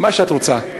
מה שאת רוצה,